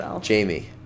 Jamie